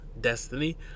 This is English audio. Destiny